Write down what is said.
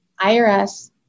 IRS